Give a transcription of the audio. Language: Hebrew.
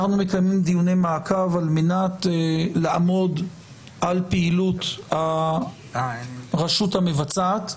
אנחנו מקיימים דיוני מעקב על מנת לעמוד על פעילות הרשות המבצעת,